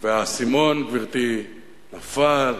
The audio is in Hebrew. והאסימון, גברתי, נפל,